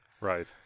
Right